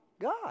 God